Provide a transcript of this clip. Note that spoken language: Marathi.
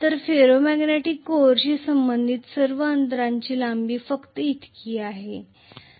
फेरो मॅग्नेटिक कोअरशी संबंधित सर्व अंतराची लांबी फक्त इतकी आहे